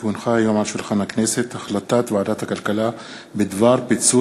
כי הונחה היום על שולחן הכנסת החלטת ועדת הכלכלה בדבר פיצול